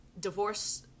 Divorce